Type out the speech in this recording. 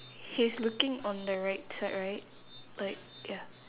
he's looking on the right side right like ya